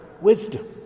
wisdom